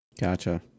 Gotcha